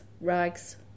rags